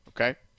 Okay